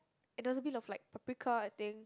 and there was a bit of like paprika I think